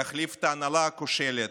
להחליף את ההנהלה הכושלת,